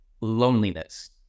loneliness